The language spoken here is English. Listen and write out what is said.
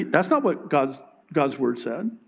that's not what god's god's word said.